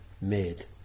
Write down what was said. made